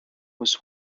was